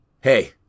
Hey